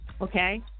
Okay